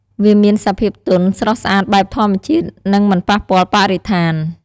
វាមានសភាពទន់ ស្រស់ស្អាតបែបធម្មជាតិ និងមិនប៉ះពាល់បរិស្ថាន។